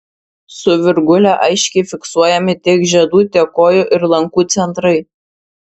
su virgule aiškiai fiksuojami tiek žiedų tiek kojų ir lankų centrai